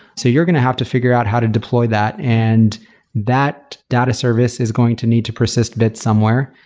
so you're going to have to figure out how to deploy that, and that data service is going to need to persist a bit somewhere.